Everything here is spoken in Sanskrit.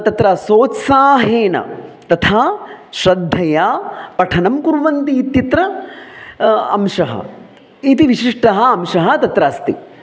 तत्र सोत्साहेन तथा श्रद्धया पठनं कुर्वन्ति इत्यत्र अंशः इति विशिष्टः अंशः तत्र अस्ति